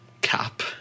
cap